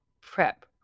prep